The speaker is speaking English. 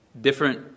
different